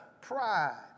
pride